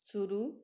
शुरू